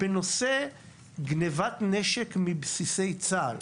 בנושא גנבת נשק מבסיסי צה"ל,